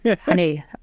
honey